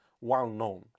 well-known